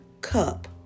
cup